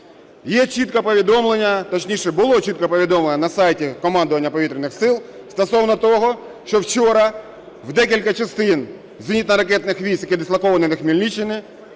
Є чітко повідомлення, точніше, було чітке повідомлення на сайті командування Повітряних С ил стосовно того, що вчора в декілька частин зенітно-ракетний військ, яке дислоковано на Хмельниччині,